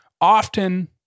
Often